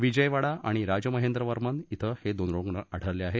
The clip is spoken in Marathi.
विजयवाडा आणि राजमहेंद्रवर्मन इथं हे दोन रुग्ण आढळले आहेत